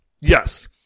Yes